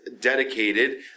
dedicated